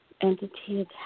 Entity